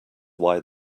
why